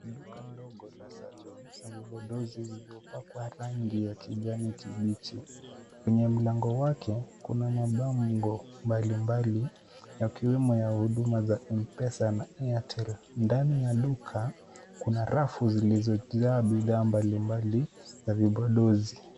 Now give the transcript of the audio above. Duka ndogo la saluni na vipodozi lililopakwa rangi ya kijani kibichi. Kwenye mlango wake kuna mabango mbali mbali, yakiwemo ya huduma za M-Pesa na Airtel. Ndani ya duka kuna rafu zilizojaa bidhaa mbali mbali na vipodozi.